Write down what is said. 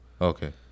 Okay